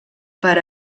per